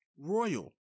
royal